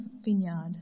vineyard